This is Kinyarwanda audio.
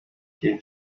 gihe